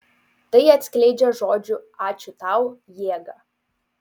tai atskleidžia žodžių ačiū tau jėgą